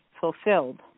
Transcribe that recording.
fulfilled